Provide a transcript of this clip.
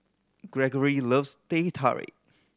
Greggory loves Teh Tarik